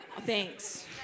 Thanks